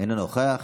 אינו נוכח.